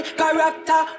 character